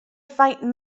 faint